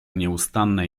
nieustannej